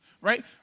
right